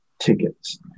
tickets